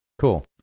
cool